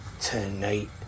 Tonight